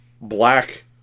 black